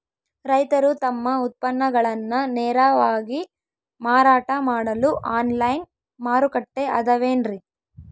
ರೈತರು ತಮ್ಮ ಉತ್ಪನ್ನಗಳನ್ನ ನೇರವಾಗಿ ಮಾರಾಟ ಮಾಡಲು ಆನ್ಲೈನ್ ಮಾರುಕಟ್ಟೆ ಅದವೇನ್ರಿ?